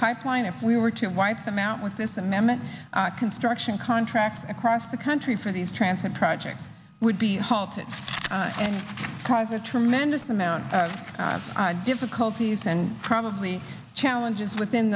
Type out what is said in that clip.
pipeline if we were to wipe them out with this amendment construction contracts across the country for these transit projects would be halted and cries a tremendous amount of difficulties and probably challenges within